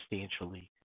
substantially